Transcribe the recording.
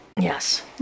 Yes